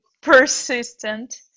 persistent